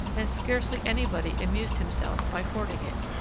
and scarcely anybody amused himself by hoarding it